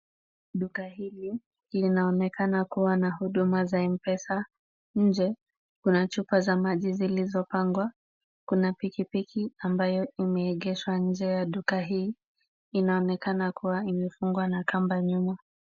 Duka hili linaonekana kuwa na huduma za M-pesa, nje kuna chupa za maji zilizopangwa, kuna pikipiki ambayo imeegeshwa nje ya duka hii, inaonekana kuwa imefungwa na kamba nyuma.